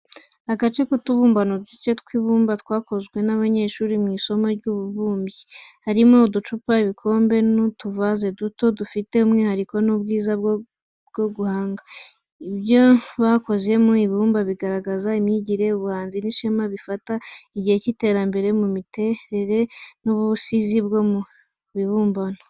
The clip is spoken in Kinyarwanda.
Agace k’utubumbano duke tw’ibumba twakozwe n’abanyeshuri mu isomo ry’ububumbyi. Harimo uducupa, ibikombe, n’utuvaze duto, dufite umwihariko n’ubwiza bwo guhanga. Ibyo bakoze mu ibumba bigaragaza imyigire, ubuhanzi, n’ishema, bifata igihe cy’iterambere mu miterere n’ubusizi bwo mu bibumbano.